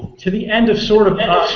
to the end of sort of